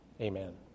Amen